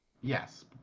Yes